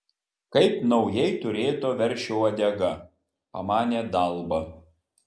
kaip naujai turėto veršio uodega pamanė dalba